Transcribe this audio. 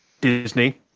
Disney